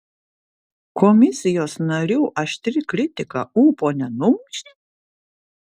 komisijos narių aštri kritika ūpo nenumušė